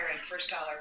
first-dollar